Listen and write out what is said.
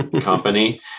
company